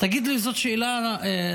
תגיד לי, זאת שאלה נורמלית?